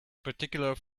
particular